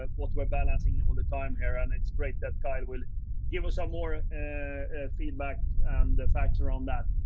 ah what we're balancing yeah all the time here and it's great that kyle would give us some more feedback, and the facts around that.